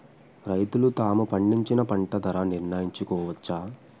రైతులు తాము పండించిన పంట ధర నిర్ణయించుకోవచ్చా?